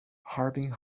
harbin